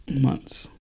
month's